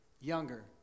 younger